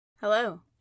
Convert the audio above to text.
Hello